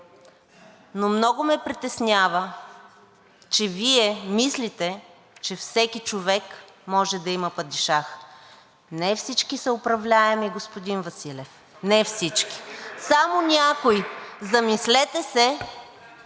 но много ме притеснява, че Вие мислите, че всеки човек може да има падишах. Не всички са управляеми, господин Василев, не всички – само някои. Замислете се